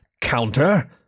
counter